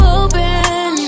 open